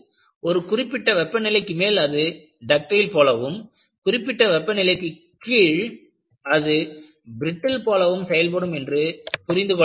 ஒரு குறிப்பிட்ட வெப்பநிலைக்கு மேல் அது டக்டைல் போலவும் குறிப்பிட்ட வெப்பநிலைக்கு கீழே அது பிரிட்டில் போலவும் செயல்படும் என்று புரிந்து கொள்ள வேண்டும்